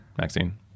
Maxine